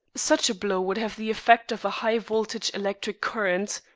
such a blow would have the effect of a high voltage electric current.